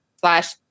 slash